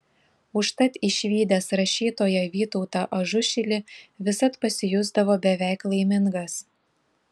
užtat išvydęs rašytoją vytautą ažušilį visad pasijusdavo beveik laimingas